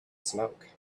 smoke